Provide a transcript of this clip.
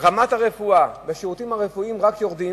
רמת הרפואה והשירותים הרפואיים רק יורדת,